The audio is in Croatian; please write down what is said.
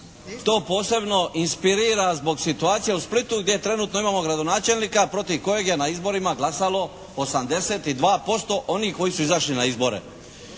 to posebno inspirira zbog situacije u Splitu gdje trenutno imamo gradonačelnika protiv kojeg je na izborima glasalo 82% onih koji su izašli na izbore.